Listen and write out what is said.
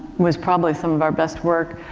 was probably some of our best work,